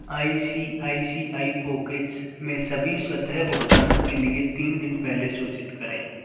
आई सी आई सी आई pockets में सभी स्वतः भुगतानों के लिए तीन दिन पहले सूचित करें